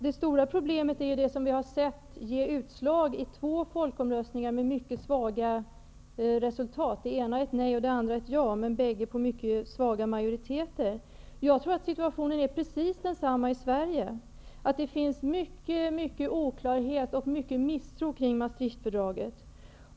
Det stora problemet är det som vi har sett ge utslag i två folkomröstningar med mycket svaga resultat, det ena ett nej och det andra ett ja, båda på mycket svaga majoriteter. Jag tror att situationen är precis densamma i Sverige, dvs. att det finns många oklarheter och mycken misstro kring Maastrichtfördraget.